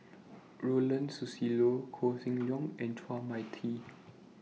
Ronald Susilo Koh Seng Leong and Chua Mia Tee